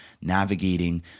navigating